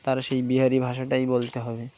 তারা সেই বিহারী ভাষাটাই বলতে হবে